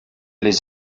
les